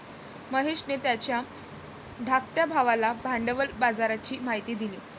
महेशने त्याच्या धाकट्या भावाला भांडवल बाजाराची माहिती दिली